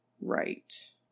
right